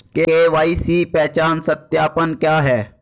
KYC पहचान सत्यापन क्या है?